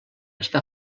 està